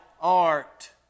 art